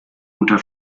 unter